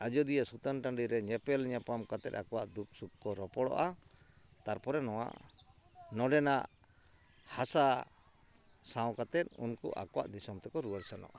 ᱟᱡᱚᱫᱤᱭᱟᱹ ᱥᱩᱛᱟᱹᱱ ᱴᱟᱺᱰᱤᱨᱮ ᱧᱮᱯᱮᱞ ᱧᱟᱯᱟᱢ ᱠᱟᱛᱮᱫ ᱟᱠᱚᱣᱟᱜ ᱫᱩᱠ ᱥᱩᱠ ᱠᱚ ᱨᱚᱯᱚᱲᱚᱜᱼᱟ ᱛᱟᱨᱯᱚᱨᱮ ᱱᱚᱣᱟ ᱱᱚᱰᱮᱱᱟᱜ ᱦᱟᱥᱟ ᱥᱟᱶ ᱠᱟᱛᱮᱫ ᱩᱱᱠᱩ ᱟᱠᱚᱣᱟᱜ ᱫᱤᱥᱚᱢ ᱛᱮᱠᱚ ᱨᱩᱣᱟᱹᱲ ᱥᱮᱱᱚᱜᱼᱟ